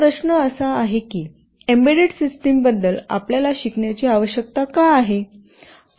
आता प्रश्न असा आहे की एम्बेडेड सिस्टम बद्दल आपल्याला शिकण्याची आवश्यकता का आहे